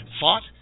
fought